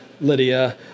Lydia